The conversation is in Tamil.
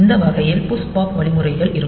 இந்த வகையில் புஷ் பாப் வழிமுறைகள் இருக்கும்